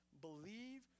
believe